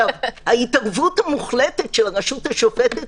ההתערבות המוחלטת של הרשות השופטת,